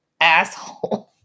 asshole